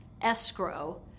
escrow